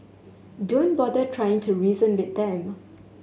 don't bother trying to reason with them